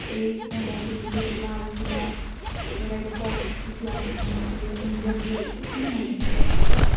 एह् होंदा दिल्ली आह्ला लाल किला एह् रेड फोर्ट जिसी आक्खने आं अस ते इंडिया गेट उत्थें मनाये जंदे